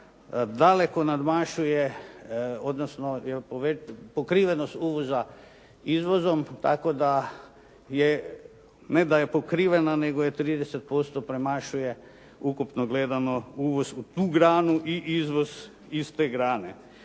daleko nadmašuje odnosno pokrivenost uvoza izvozom tako da je, ne da je pokrivena nego 30% premašuje ukupno gledano uvoz u tu granu i izvoz iz te grane.